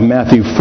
Matthew